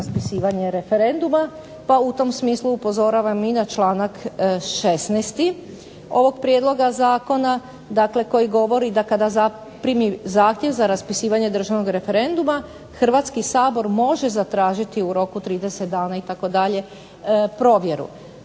pa u tom smislu upozoravam i na članak 16. ovog prijedloga zakona, dakle koji govori da kada zaprimi zahtjev za raspisivanje državnog referenduma Hrvatski sabor može zatražiti u roku 30 dana itd. provjeru.